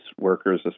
workers